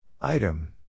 Item